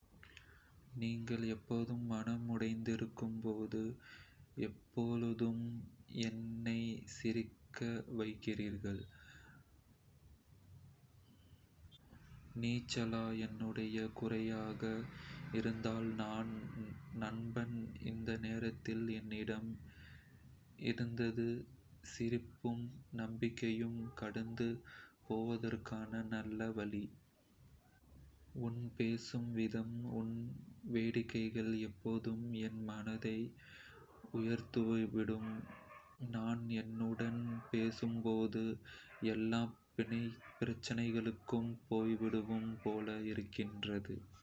நீங்கள் எப்போது மனமுடைந்திருக்கும் போது, எப்பொழுதும் என்னை சிரிக்க வைக்கிறீர்கள்... நீச்சலா, என்னுடைய குறையாக இருந்தால் என் நண்பன் இந்த நேரத்தில் என்னிடம் இருந்தது. சிரிப்பும், நம்பிக்கையும் கடந்து போவதற்கான நல்ல வழி உன் பேசும் விதம், உன் வேடிக்கைகள் எப்போதும் என் மனதை உயர்த்திவிடும். நான் உன்னுடன் பேசும்போது எல்லா பிரச்சனைகளும் போய்விடும் போல இருக்கின்றது. "நான் எப்போதும் உன்னுடன் இருக்கச் செய்யப் போகிறேன். சிரிப்புகள், சிறிய மகிழ்ச்சிகள் தான் வாழ்க்கையை இன்பமாக்குகிறது.